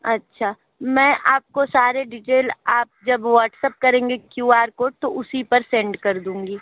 अच्छा मैं आपको सारे डिटेल आप जब व्हाट्सएप करेंगे क्यू आर कोड तो उसी पर सेंड कर दूंगी